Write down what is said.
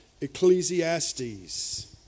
Ecclesiastes